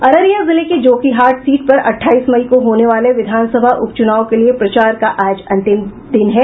अररिया जिले के जोकीहाट सीट पर अठाईस मई को होने वाले विधानसभा उप चुनाव के लिए प्रचार का आज अंतिम दिन है